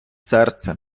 серце